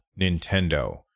Nintendo